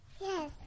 Yes